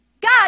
God